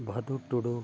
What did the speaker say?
ᱵᱷᱟᱹᱫᱩ ᱴᱩᱰᱩ